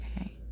okay